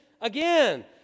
again